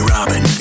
Robin